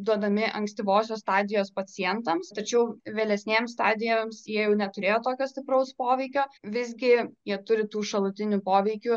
duodami ankstyvosios stadijos pacientams tačiau vėlesnėms stadijoms jie jau neturėjo tokio stipraus poveikio visgi jie turi tų šalutinių poveikių